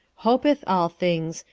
hopeth all things,